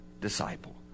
disciple